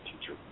teacher